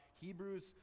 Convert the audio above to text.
Hebrews